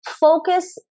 focus